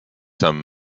some